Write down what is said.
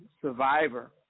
survivor